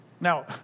Now